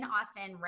Austin